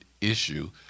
issue